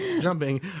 jumping